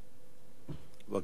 בבקשה.